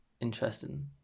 interesting